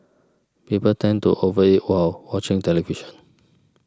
people tend to over eat while watching television